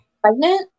Pregnant